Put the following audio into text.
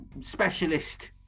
specialist